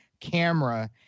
camera